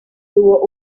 tuvo